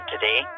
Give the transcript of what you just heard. today